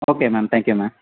okay ma'am thank you ma'am